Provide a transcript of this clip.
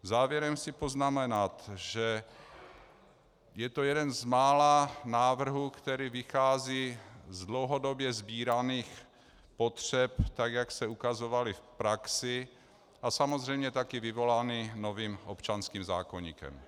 Závěrem chci poznamenat, že je to jeden z mála návrhů, který vychází z dlouhodobě sbíraných potřeb, tak jak se ukazovaly v praxi, a samozřejmě také vyvolaný novým občanským zákoníkem.